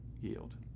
yield